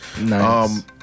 Nice